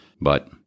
But-